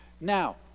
Now